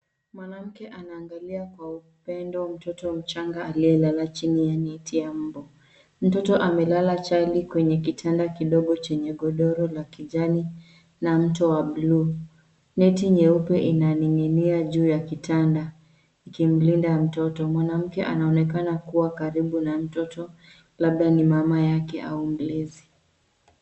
Mwanamke anaangalia kwa upendo mtoto mchanga aliyelala chini ya neti ya mbu. Mtoto amelala chali kwenye kitanda kidogo chenye godoro la kijani na mto wa blue . Neti nyeupe inaning'inia juu ya kitanda ikimlinda mtoto. Mwanamke anaonekana kuwa karibu na mtoto labda ni mama au mlezi.